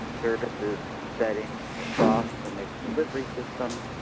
services, and settings across the mixed-delivery system